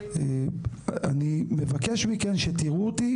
אני מבקש מכן שתראו אותי,